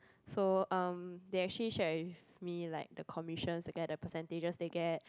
so um they actually shared with me like the commissions to get the percentages they get